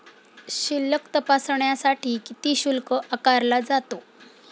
शिल्लक तपासण्यासाठी किती शुल्क आकारला जातो?